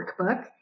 workbook